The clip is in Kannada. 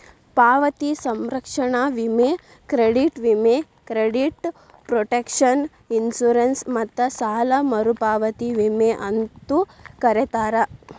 ಪಾವತಿ ಸಂರಕ್ಷಣಾ ವಿಮೆ ಕ್ರೆಡಿಟ್ ವಿಮೆ ಕ್ರೆಡಿಟ್ ಪ್ರೊಟೆಕ್ಷನ್ ಇನ್ಶೂರೆನ್ಸ್ ಮತ್ತ ಸಾಲ ಮರುಪಾವತಿ ವಿಮೆ ಅಂತೂ ಕರೇತಾರ